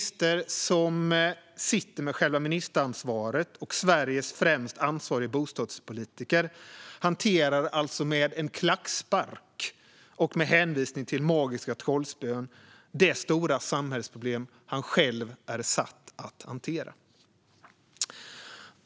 Sveriges främst ansvarige bostadspolitiker, som sitter med själva ministeransvaret, hanterar alltså med en klackspark och en hänvisning till magiska trollspön det stora samhällsproblem som han själv är satt att hantera.